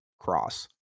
Cross